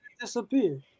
disappear